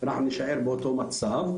אנחנו נישאר באותו מצב,